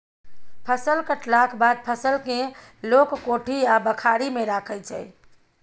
फसल कटलाक बाद फसल केँ लोक कोठी आ बखारी मे राखै छै